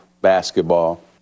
basketball